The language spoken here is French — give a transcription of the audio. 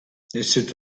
c’est